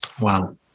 Wow